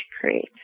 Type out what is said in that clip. create